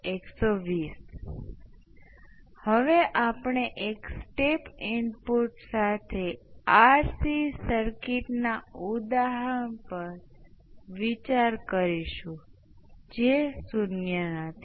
અને ચાલો કહીએ કે આ સ્વિચ શરૂઆતમાં શોર્ટ સર્કિટ છે અને કહીએ કે આપણી પાસે આ બે ઇન્ડક્ટર્સ છે સૌ પ્રથમ સર્કિટનો ઓર્ડર નક્કી કરશે જે ટૂંક સમયમાં આવશે